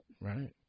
Right